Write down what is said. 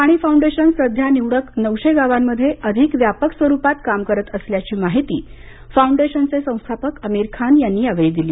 पाणी फाउंडेशन सध्या निवडक नऊशे गावांमध्ये अधिक व्यापक स्वरुपात काम करत असल्याची माहिती फाउंडेशनचे संस्थापक आमीर खान यांनी दिली